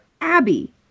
Abby